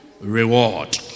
reward